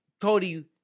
Cody